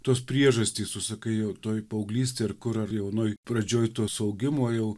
tos priežastys sakai jau toje paauglystėje ir kur ar jaunoj pradžioj tos augimo jau